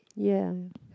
ya